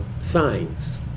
signs